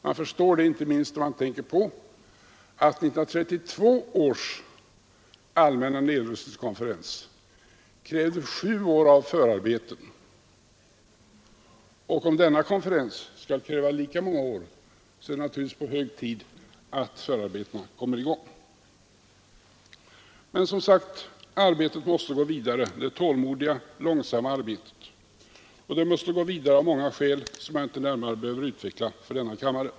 Man förstår det inte minst när man tänker på att 1932 års allmänna nedrustningskonferens krävde sju år av förarbeten. Om denna konferens skall kräva lika många år är det naturligtvis hög tid att förarbetena sätter i gång. Men som sagt: Arbetet måste gå vidare — det tålmodiga, långsamma arbetet. Det måste gå vidare av många skäl, som jag inte närmare behöver utveckla för denna kammare.